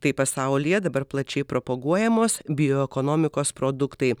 tai pasaulyje dabar plačiai propaguojamos bioekonomikos produktai